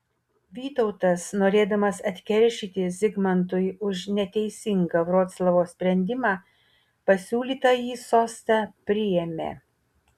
vytautas norėdamas atkeršyti zigmantui už neteisingą vroclavo sprendimą pasiūlytąjį sostą priėmė